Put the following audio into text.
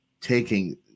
taking